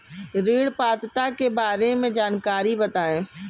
ऋण पात्रता के बारे में जानकारी बताएँ?